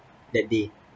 that day